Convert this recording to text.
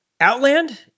Outland